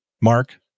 Mark